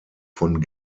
von